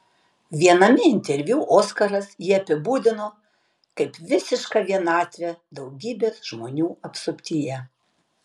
viename interviu oskaras jį apibūdino kaip visišką vienatvę daugybės žmonių apsuptyje